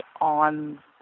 on